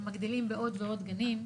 ומגדילים בעוד ועוד גנים,